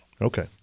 Okay